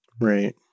Right